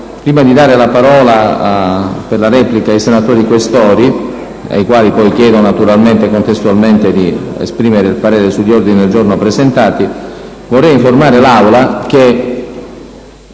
Prima di dare la parola per la replica ai senatori Questori, ai quali chiedo che contestualmente esprimano il parere sugli ordini del giorno presentati, vorrei informare l'Assemblea